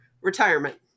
retirement